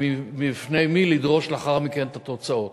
ובפני מי לדרוש לאחר מכן את התוצאות.